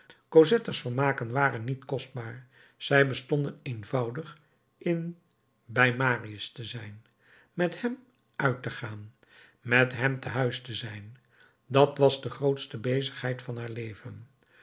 cosettes vermaken waren niet kostbaar zij bestonden eenvoudig in bij marius te zijn met hem uit te gaan met hem te huis te zijn dat was de grootste bezigheid van haar leven